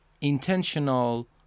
intentional